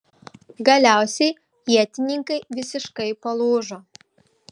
galiausiai ietininkai visiškai palūžo